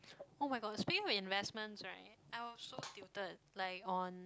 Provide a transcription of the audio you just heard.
[oh]-my-gosh speaking with investments right I was so tilted like on